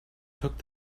took